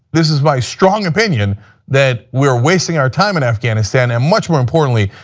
this is my strong opinion that we are wasting our time in afghanistan and much more importantly,